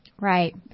Right